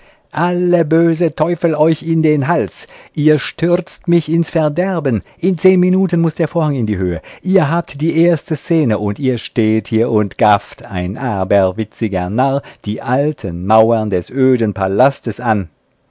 alle böse teufel euch in den hals ihr stürzt mich ins verderben in zehn minuten muß der vorhang in die höhe ihr habt die erste szene und ihr steht hier und gafft ein aberwitziger narr die alten mauern des öden palastes an